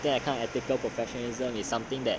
that kind of ethical professionalism is something that